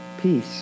peace